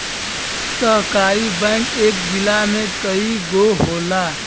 सहकारी बैंक इक जिला में कई गो होला